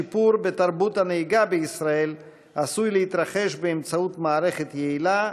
השיפור בתרבות הנהיגה בישראל עשוי להתרחש באמצעות מערכת יעילה,